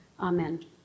amen